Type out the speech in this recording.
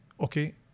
okay